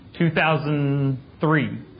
2003